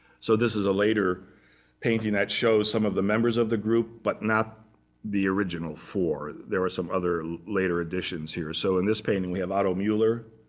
so this is a later painting that shows some of the members of the group, but not the original four. there were some other later additions here. so in this painting, we have otto muller,